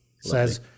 says